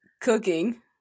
Cooking